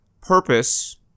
purpose